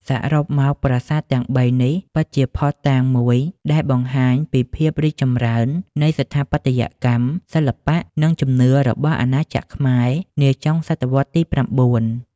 សរុបមក ប្រាសាទទាំងបីនេះពិតជាភស្តុតាងមួយដែលបង្ហាញពីភាពរីកចម្រើននៃស្ថាបត្យកម្ម សិល្បៈ និងជំនឿរបស់អាណាចក្រខ្មែរនាចុងសតវត្សរ៍ទី៩។